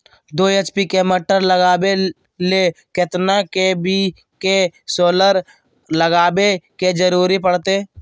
दो एच.पी के मोटर चलावे ले कितना के.वी के सोलर लगावे के जरूरत पड़ते?